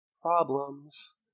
Problems